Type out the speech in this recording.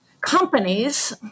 companies